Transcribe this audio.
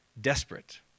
desperate